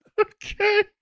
Okay